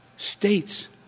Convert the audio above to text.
States